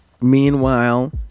meanwhile